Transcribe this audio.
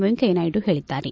ವೆಂಕಯ್ಚ ನಾಯ್ಡು ಹೇಳಿದ್ದಾರೆ